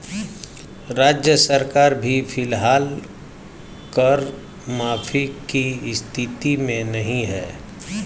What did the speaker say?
राज्य सरकार भी फिलहाल कर माफी की स्थिति में नहीं है